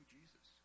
Jesus